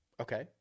Okay